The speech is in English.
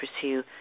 pursue